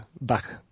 back